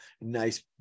nice